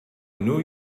new